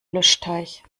löschteich